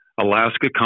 Alaska